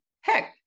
heck